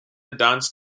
dance